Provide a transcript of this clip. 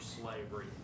slavery